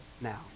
now